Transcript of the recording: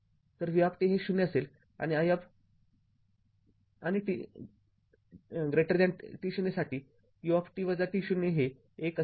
तर v हे ० असेल आणि tt0 साठी u हे १ असेल